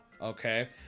okay